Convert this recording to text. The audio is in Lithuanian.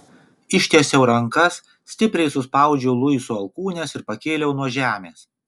ištiesiau rankas stipriai suspaudžiau luiso alkūnes ir pakėliau nuo žemės